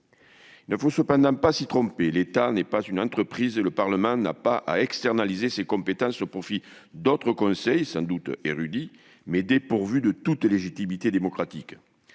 Il ne faut cependant pas s'y tromper, l'État n'est pas une entreprise, et le Parlement n'a pas à externaliser ses compétences au profit d'autres conseils, sans doute érudits, mais dépourvus de toute légitimité démocratique.